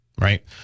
right